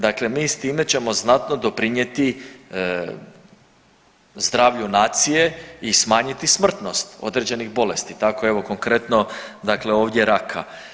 Dakle, mi s time ćemo znatno doprinijeti zdravlju nacije i smanjiti smrtnost određenih bolesti tako evo konkretno dakle ovdje raka.